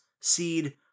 seed